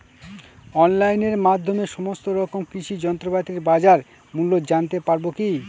অনলাইনের মাধ্যমে সমস্ত রকম কৃষি যন্ত্রপাতির বাজার মূল্য জানতে পারবো কি?